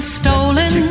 stolen